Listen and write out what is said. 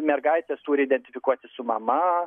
mergaitės turi identifikuotis su mama